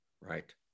Right